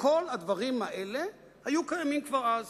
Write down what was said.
וכל הדברים האלה היו קיימים כבר אז.